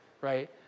right